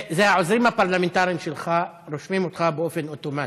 העוזרים הפרלמנטרים שלך רושמים אותך באופן אוטומטי.